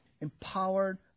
Empowered